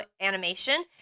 Animation